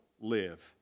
live